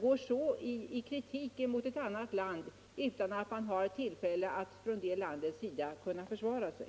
går så i kritik mot ett annat land utan att man från det landets sida har tillfälle att försvara sig.